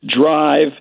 drive